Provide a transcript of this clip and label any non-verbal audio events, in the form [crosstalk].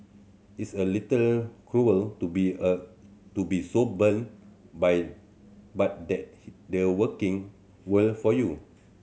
it's a little cruel to be a to be so [unintelligible] but that the working world for you